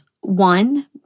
One